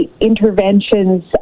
interventions